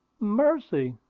mercy!